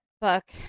book